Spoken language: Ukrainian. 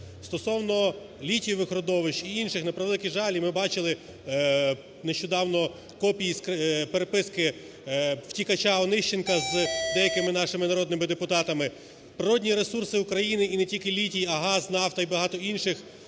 Стосовно літієвих родовищ і інших, на превеликий жаль, і ми бачили нещодавно копії переписки втікача Онищенка з деякими нашими народними депутатами, природні ресурси України і не тільки літій, а газ, нафта і багато інших